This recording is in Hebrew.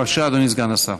בבקשה, אדוני סגן השר.